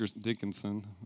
Dickinson